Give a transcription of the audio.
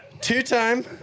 Two-time